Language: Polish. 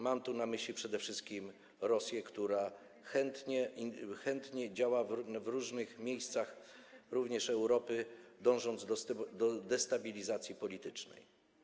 Mam tu na myśli przede wszystkim Rosję, która chętnie działa w różnych miejscach, również Europy, dążąc do destabilizacji politycznej.